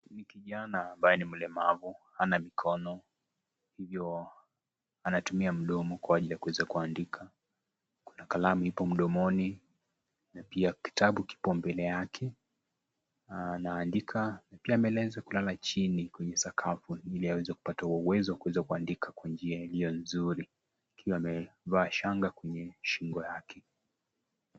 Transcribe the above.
Kijana ambaye ni mlemavu hana mikono, anatumia mdomo kwa ajili ya kuweza kuandika , kuna kalamu ipo mdomoni pia kitabu kipo mbele yake na anaandika, pia ameweza kulala chini kwenye sakafu ili aweze kupata uwezo wa kuweza kuandika kwa njia iliyo nzuri akiwa amevaa shanga kwenye shingo yake.